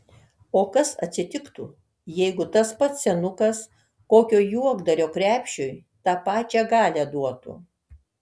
o kas atsitiktų jeigu tas pats senukas kokio juokdario krepšiui tą pačią galią duotų